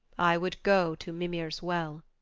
i would go to mimir's well,